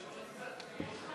ההצעה